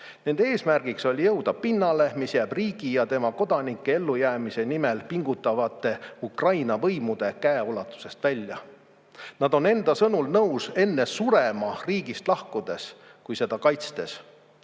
Nende eesmärgiks oli jõuda pinnale, mis jääb riigi ja tema kodanike ellujäämise nimel pingutavate Ukraina võimude käeulatusest välja. Nad on enda sõnul nõus enne surema riigist lahkudes kui seda kaitstes.